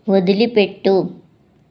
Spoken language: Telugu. వదిలిపెట్టు